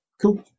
cool